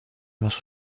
más